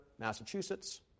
Massachusetts